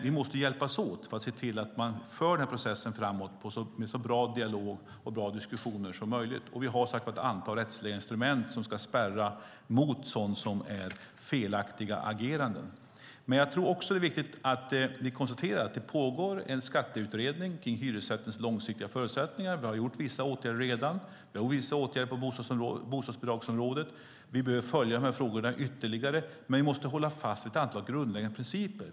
Vi måste hjälpas åt för att se till att man för den här processen framåt med så bra dialog och så bra diskussioner som möjligt. Vi har som sagt ett antal rättsliga instrument som ska spärra mot sådant som är felaktiga ageranden. Jag tror dock också att det är viktigt att konstatera att det pågår en skatteutredning om hyresrättens långsiktiga förutsättningar. Vi har vidtagit vissa åtgärder redan, liksom vissa åtgärder på bostadsbidragsområdet. Vi behöver följa dessa frågor ytterligare, men vi måste hålla fast vid ett antal grundläggande principer.